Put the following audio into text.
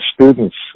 students